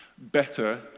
Better